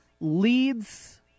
leads